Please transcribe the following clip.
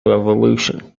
revolution